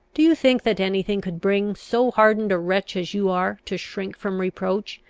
do you think that any thing could bring so hardened a wretch as you are to shrink from reproach,